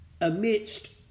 amidst